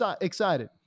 excited